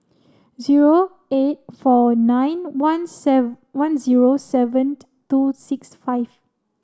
zero eight four nine one one zero seven two six five